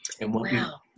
Wow